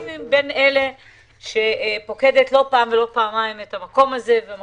אני בין אלה שפוקדים את המקום הזה לא פעם ולא פעמיים את המקום הזה.